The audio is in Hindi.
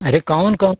अरे कौन कौन